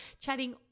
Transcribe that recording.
chatting